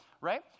right